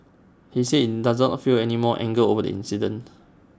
he said does not feel any more anger over the accident